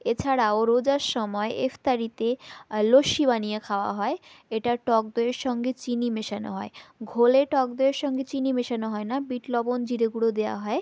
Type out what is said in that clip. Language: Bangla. এছাড়াও রোজার সময় এফতারিতে লস্যি বানিয়ে খাওয়া হয় এটা টক দইয়ের সঙ্গে চিনি মেশানো হয় ঘোলে টক দইয়ের সঙ্গে চিনি মেশানো হয় না বিট লবণ জীরে গুঁড়ো দেয়া হয়